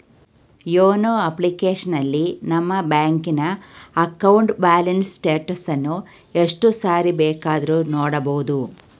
YONO ಅಪ್ಲಿಕೇಶನಲ್ಲಿ ನಮ್ಮ ಬ್ಯಾಂಕಿನ ಅಕೌಂಟ್ನ ಬ್ಯಾಲೆನ್ಸ್ ಸ್ಟೇಟಸನ್ನ ಎಷ್ಟು ಸಾರಿ ಬೇಕಾದ್ರೂ ನೋಡಬೋದು